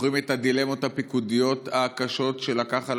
זוכרים את הדילמות הפיקודיות הקשות שלקח על